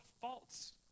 false